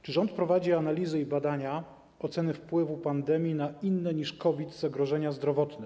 Czy rząd prowadzi analizy i badania oceny wpływu pandemii na inne niż COVID zagrożenia zdrowotne?